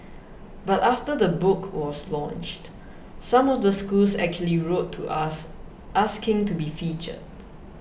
but after the book was launched some of the schools actually wrote to us asking to be featured